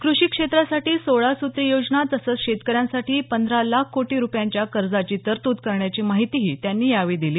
कृषी क्षेत्रासाठी सोळा सुत्री योजना तसंच शेतकऱ्यांसाठी पंधरा लाख कोटी रुपयांच्या कर्जाची तरतूद करण्याची माहितीही त्यांनी यावेळी दिली